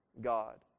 God